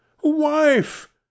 Wife